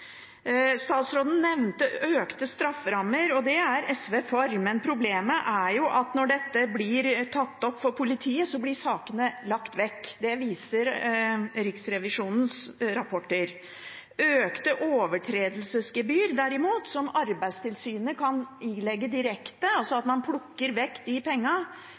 Statsråden nevnte økte strafferammer, og det er SV for, men problemet er at når dette blir tatt opp med politiet, blir sakene lagt vekk. Det viser Riksrevisjonens rapporter. Økte overtredelsesgebyr, derimot, som Arbeidstilsynet kan ilegge direkte – altså at man plukker vekk de